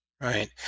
Right